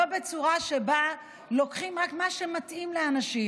לא בצורה שבה לוקחים רק מה שמתאים לאנשים.